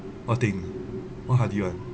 what thing what hearty [one]